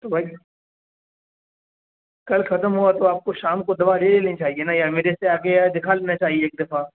تو بھائی کل ختم ہوا تو آپ کو شام کو دوا لے لینی چاہیے نا یار میرے سے آکے یہاں دکھا لینا چاہیے ایک دفعہ